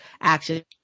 action